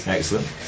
Excellent